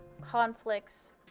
conflicts